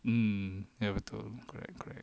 mm ya betul correct correct